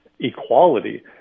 equality